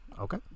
Okay